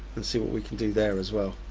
let's see what we can do there as well.